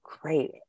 great